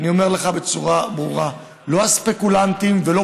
אני אומר לך בצורה ברורה: לא הספקולנטים ולא